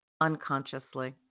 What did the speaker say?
unconsciously